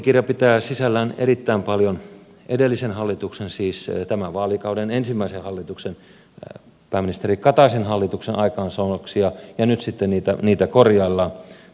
budjettikirja pitää sisällään erittäin paljon edellisen hallituksen siis tämän vaalikauden ensimmäisen hallituksen pääministeri kataisen hallituksen aikaansaannoksia ja nyt sitten niitä korjaillaan